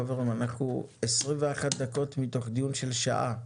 חברים, עברו 21 דקות מתוך דיון של שעה.